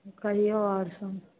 कहिऔ आओर सब